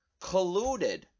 colluded